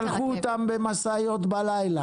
שלחו אותם במשאיות בלילה,